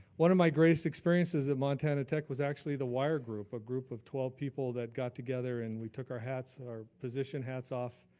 one of my greatest experiences of montana tech was actually the wire group, a group of twelve people that got together and we took our hats, our position hats off.